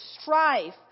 strife